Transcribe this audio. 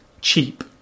Cheap